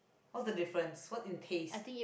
what's the difference what in taste